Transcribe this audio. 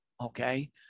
Okay